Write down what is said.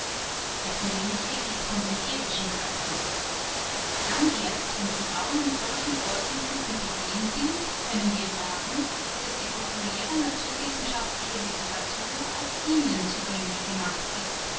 das nämliche gilt von den thierischen körpern dann erst wenn die frauen mit solchen vorkenntnissen versehen sind können wir sagen daß die populäre naturwissenschaftliche literatur auch ihnen zugänglich gemacht ist